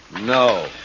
No